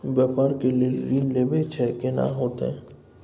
व्यापार के लेल ऋण लेबा छै केना होतै?